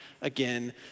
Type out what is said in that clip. again